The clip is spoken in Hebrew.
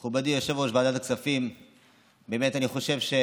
אלי אבידר, אינו נוכח.